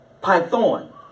Python